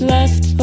Left